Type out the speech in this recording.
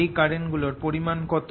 এই কারেন্ট গুলোর পরিমাণ কত